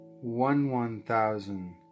one-one-thousand